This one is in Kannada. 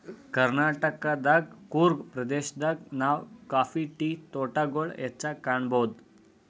ಕರ್ನಾಟಕದ್ ಕೂರ್ಗ್ ಪ್ರದೇಶದಾಗ್ ನಾವ್ ಕಾಫಿ ಟೀ ತೋಟಗೊಳ್ ಹೆಚ್ಚಾಗ್ ಕಾಣಬಹುದ್